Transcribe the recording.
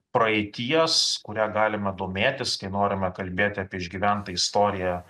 praeities kuria galime domėtis kai norime kalbėti apie išgyventą istoriją